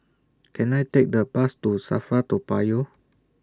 Can I Take A Bus to SAFRA Toa Payoh